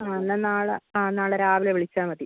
ആ എന്നാൽ നാളെ ആ നാളെ രാവിലെ വിളിച്ചാൽ മതി